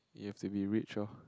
you have to be rich lor